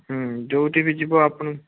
ଯେଉଁଠି ବି ଯିବ ଆପଣ